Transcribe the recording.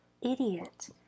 idiot